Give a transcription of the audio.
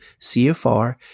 CFR